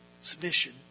Submission